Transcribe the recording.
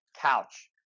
Couch